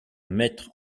mettre